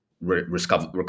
recover